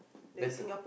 better